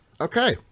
okay